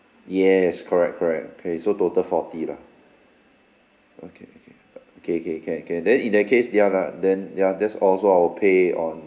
yes correct correct K so total forty lah okay okay K K can can then in that case ya lah then ya that's all so I'll pay on